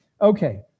Okay